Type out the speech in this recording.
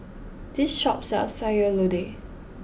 this shop sells Sayur Lodeh